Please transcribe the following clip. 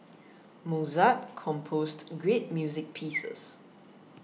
Mozart composed great music pieces